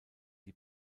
die